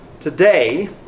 today